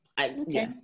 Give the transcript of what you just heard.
Okay